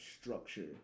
structure